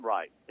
Right